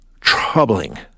troubling